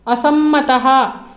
असंमतः